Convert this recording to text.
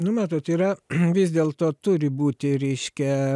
nu matot yra vis dėlto turi būti reiškia